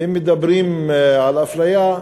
ואם מדברים על אפליה,